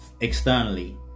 Externally